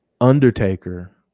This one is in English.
Undertaker